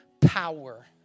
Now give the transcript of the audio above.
power